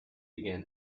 began